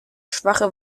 schwache